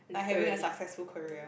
like having a successful career